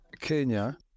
Kenya